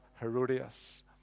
Herodias